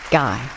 guy